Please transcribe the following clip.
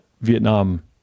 vietnam